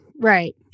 right